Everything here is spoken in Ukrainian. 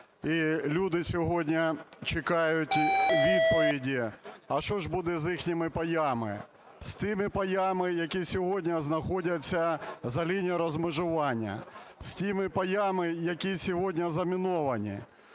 люди сьогодні чекають відповіді, а що ж буде з їхніми паями. З тими паями, які сьогодні знаходяться за лінією розмежування, з тими паями, які сьогодні заміновані,